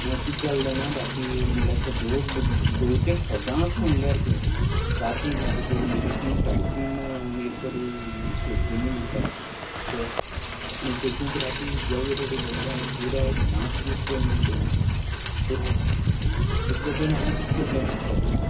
आं कितें जालें जाणा राती म्हणल्यार सदा भौतेक सदांच म्हणिल्ले सारके राती म्हजी पय तीन साडेतीन एकर शेत जमीन आसा शेत तितू राती गवे रेडे भरले आनी पुराय नास धुस करून उडयले फुल्ल तेक लागोन आमी कित करपाक शकतात